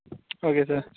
okay sir